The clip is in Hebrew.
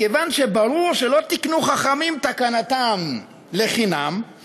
מכיוון שברור שלא תיקנו חכמים תקנתם לחינם,